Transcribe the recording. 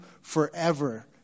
forever